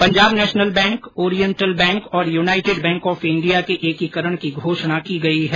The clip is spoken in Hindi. Punjab national bank oriental bank और यूनाइटेड बैंक ऑफ इंडिया के एकीकरण की घोषणा की गई है